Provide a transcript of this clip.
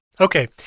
okay